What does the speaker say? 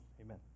Amen